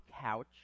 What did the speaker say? couch